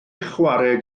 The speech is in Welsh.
chwarae